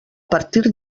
partir